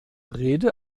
rede